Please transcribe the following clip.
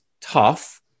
tough